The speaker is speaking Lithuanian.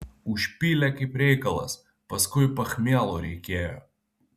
užpylė kaip reikalas paskui pachmielo reikėjo